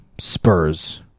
Spurs